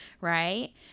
Right